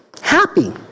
Happy